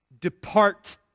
Depart